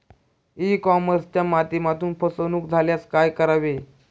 E कॉमर्सच्या माध्यमातून फसवणूक झाल्यास काय करावे?